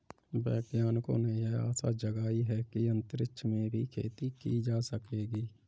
वैज्ञानिकों ने यह आशा जगाई है कि अंतरिक्ष में भी खेती की जा सकेगी